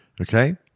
Okay